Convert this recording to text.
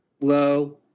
low